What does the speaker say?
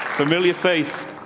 familiar face.